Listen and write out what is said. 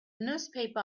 newspaper